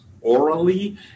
orally